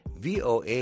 voa